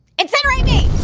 incinerate me!